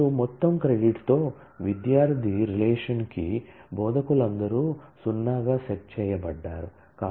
మరియు మొత్తం క్రెడిట్తో విద్యార్థి రిలేషన్ కి బోధకులందరూ 0 గా సెట్ చేయబడ్డారు